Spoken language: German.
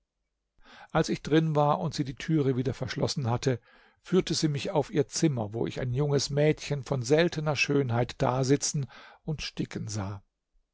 als ich drin war und sie die türe wieder verschlossen hatte führte sie mich auf ihr zimmer wo ich ein junges mädchen von seltener schönheit dasitzen und sticken sah